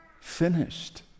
finished